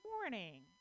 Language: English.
Morning